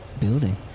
building